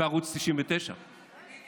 בערוץ 99. עם מיקי